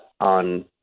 on